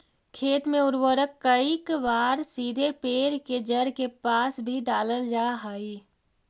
खेत में उर्वरक कईक बार सीधे पेड़ के जड़ के पास भी डालल जा हइ